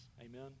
Amen